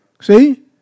See